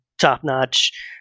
top-notch